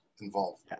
involved